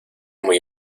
muy